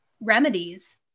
remedies